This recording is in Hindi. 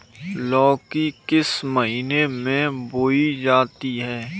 लौकी किस महीने में बोई जाती है?